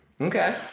Okay